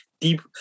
deep